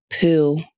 poo